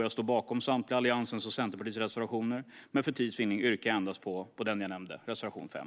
Jag står bakom samtliga Alliansens och Centerpartiets reservationer, men för tids vinnande yrkar jag bifall endast till reservation 5.